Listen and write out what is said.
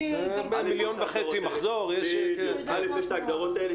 יש את ההגדרות האלה.